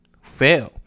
fail